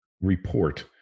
Report